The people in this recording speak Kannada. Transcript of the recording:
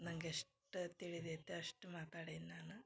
ನಂಗ ಎಷ್ಟು ತಿಳಿದೈತೆ ಅಷ್ಟು ಮಾತಾಡಿನ ನಾನು